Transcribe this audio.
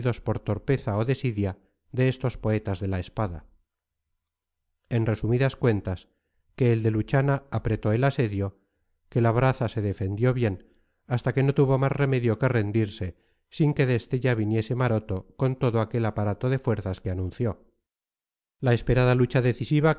por torpeza o desidia de estos poetas de la espada en resumidas cuentas que el de luchana apretó el asedio que labraza se defendió bien hasta que no tuvo más remedio que rendirse sin que de estella viniese maroto con todo aquel aparato de fuerzas que anunció la esperada lucha decisiva